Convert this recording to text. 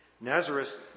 Nazareth